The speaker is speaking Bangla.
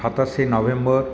সাতাশে নভেম্বর